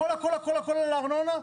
הכול הכול על הארנונה?